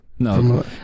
No